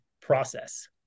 process